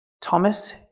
Thomas